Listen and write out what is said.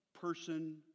person